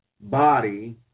body